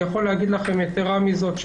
יתרה מזאת,